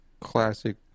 Classic